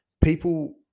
people